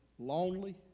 lonely